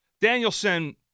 Danielson